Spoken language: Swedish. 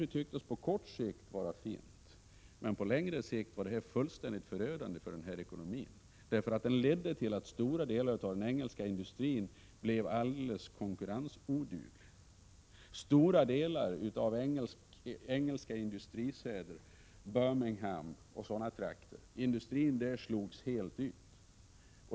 Det tycktes kanske på kort sikt vara fint, men på längre sikt var det fullständigt förödande för ekonomin, för det ledde till att stora delar av den engelska industrin blev alldeles konkurrensoduglig. Industrin slogs helt ut i många engelska städer, Birmingham bl.a.